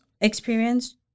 experience